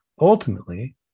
Ultimately